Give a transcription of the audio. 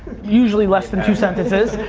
usually less than two sentences,